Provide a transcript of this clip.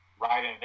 right